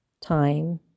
time